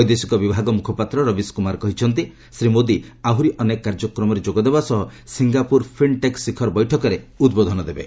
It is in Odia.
ବୈଦେଶିକ ବିଭାଗ ମୁଖପାତ୍ର ରବିଶ କୁମାର କହିଛନ୍ତି ଶ୍ରୀ ମୋଦି ଆହୁରି ଅନେକ କାର୍ଯ୍ୟକ୍ରମରେ ଯୋଗ ଦେବା ସହ ସିଙ୍ଗାପୁର ଫିନ୍ଟେକ୍ ଶିଖର ବୈଠକରେ ଉଦ୍ବୋଧନ ଦେବେ